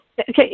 okay